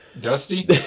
dusty